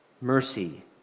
mercy